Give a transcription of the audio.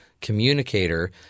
communicator